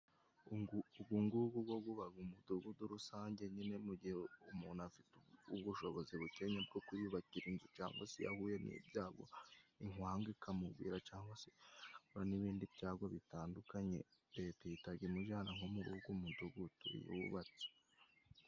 Ubungubu bo buba mu mudugudu rusange, nyine mu gihe umuntu afite ubushobozi bukenya bwo kwiyubakira inzu cyangwa se iyo ahuye n'ibyago inkwangu ikamugwira cyangwa se agahura n'ibindi byago bitandukanye, Leta ihita imujana nko muri ugo mudugudu yubatse.